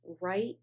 right